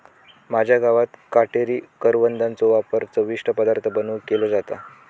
माझ्या गावात काटेरी करवंदाचो वापर चविष्ट पदार्थ बनवुक केलो जाता